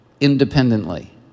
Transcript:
independently